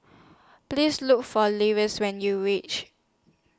Please Look For Linus when YOU REACH